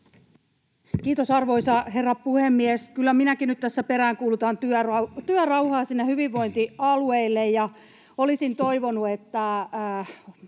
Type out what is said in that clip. Kiitos, arvoisa herra puhemies! Kyllä minäkin nyt tässä peräänkuulutan työrauhaa sinne hyvinvointialueille, ja olisin toivonut, että